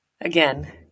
Again